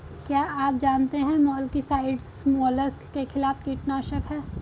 क्या आप जानते है मोलस्किसाइड्स मोलस्क के खिलाफ कीटनाशक हैं?